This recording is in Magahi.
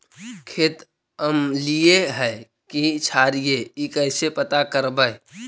खेत अमलिए है कि क्षारिए इ कैसे पता करबै?